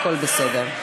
הכול בסדר.